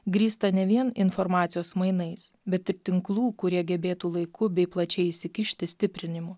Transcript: grįstą ne vien informacijos mainais bet ir tinklų kurie gebėtų laiku bei plačiai įsikišti stiprinimu